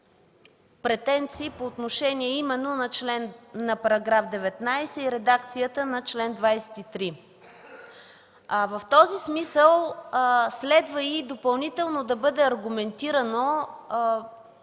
претенции по отношение именно на § 19 и редакцията на чл. 23. В този смисъл следва и допълнително да бъде аргументирано